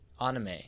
anime